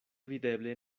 videble